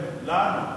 לנו,